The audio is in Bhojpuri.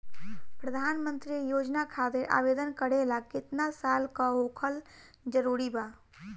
प्रधानमंत्री योजना खातिर आवेदन करे ला केतना साल क होखल जरूरी बा?